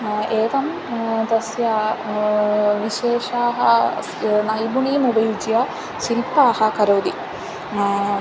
एकं तस्य विशेषाः अस्य नैपुण्यम् उपयुज्य शिल्पाः करोति